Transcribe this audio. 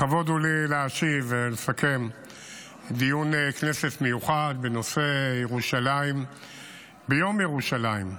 לכבוד הוא לי לסכם את דיון הכנסת המיוחד בנושא ירושלים ביום ירושלים,